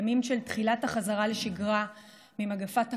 ימים של תחילת החזרה לשגרה ממגפת הקורונה,